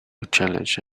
challenge